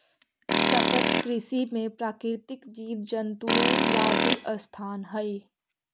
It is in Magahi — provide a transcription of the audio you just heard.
सतत कृषि में प्राकृतिक जीव जंतुओं ला भी स्थान हई